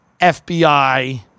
FBI